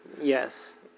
Yes